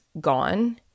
gone